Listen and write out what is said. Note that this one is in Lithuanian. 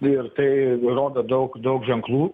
ir tai rodo daug daug ženklų